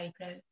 eyebrow